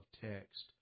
text